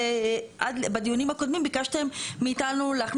בדיונים הקודמים ביקשתם מאתנו להכניס